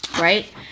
Right